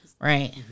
Right